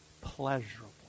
pleasurable